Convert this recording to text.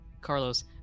Carlos